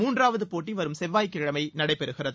மூன்றாவது போட்டி வரும் செவ்வாய்க்கிழமை நடைபெறுகிறது